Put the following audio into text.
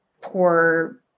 poor